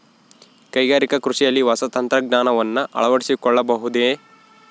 ಕೈಗಾರಿಕಾ ಕೃಷಿಯಲ್ಲಿ ಹೊಸ ತಂತ್ರಜ್ಞಾನವನ್ನ ಅಳವಡಿಸಿಕೊಳ್ಳಬಹುದೇ?